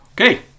Okay